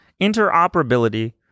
interoperability